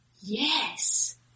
yes